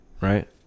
right